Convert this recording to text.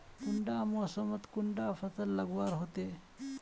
कुंडा मोसमोत कुंडा फसल लगवार होते?